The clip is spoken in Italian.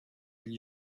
gli